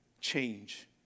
change